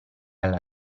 alla